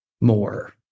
more